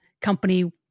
company